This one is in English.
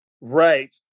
Right